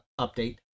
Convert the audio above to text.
update